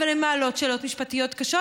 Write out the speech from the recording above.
אבל הן מעלות שאלות משפטיות קשות,